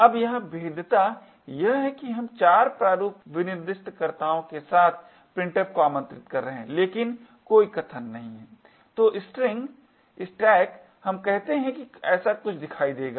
अब यहां भेद्यता यह है कि हम 4 प्रारूप निर्दिष्टकर्ताओं के साथ printf को आमंत्रित कर रहे हैं लेकिन कोई कथन नहीं है तो स्ट्रिंग स्टैक हम कहते हैं कि ऐसा कुछ दिखाई देगा